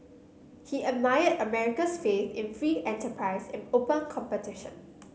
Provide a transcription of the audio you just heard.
he admired America's faith in free enterprise and open competition